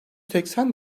seksen